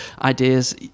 ideas